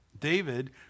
David